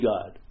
God